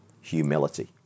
humility